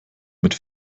mit